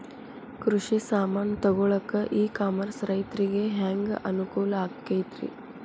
ಕೃಷಿ ಸಾಮಾನ್ ತಗೊಳಕ್ಕ ಇ ಕಾಮರ್ಸ್ ರೈತರಿಗೆ ಹ್ಯಾಂಗ್ ಅನುಕೂಲ ಆಕ್ಕೈತ್ರಿ?